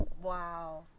Wow